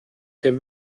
der